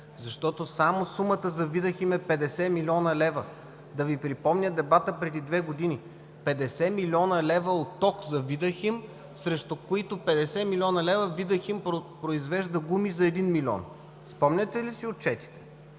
защото само сумата за „Видахим“ е 50 млн. лв. Да Ви припомня дебата преди две години – 50 млн. лв. от ток за „Видахим“, срещу които 50 млн. лв. „Видахим“ произвежда гуми за 1 милион. Спомняте ли си отчетите?